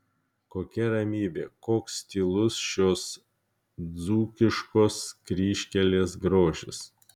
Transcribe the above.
kokia ramybė koks tylus šios dzūkiškos kryžkelės grožis